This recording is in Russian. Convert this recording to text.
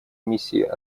миссии